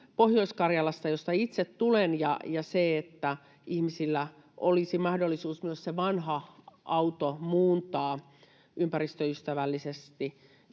Pohjois-Karjalassa, josta itse tulen. Se, että ihmisillä olisi mahdollisuus myös se vanha auto muuntaa ympäristöystävällisemmäksi,